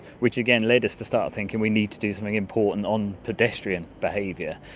which again led us to start thinking we need to do something important on pedestrian behaviour.